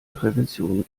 prävention